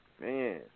man